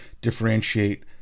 differentiate